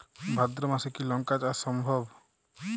ভাদ্র মাসে কি লঙ্কা চাষ সম্ভব?